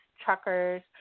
truckers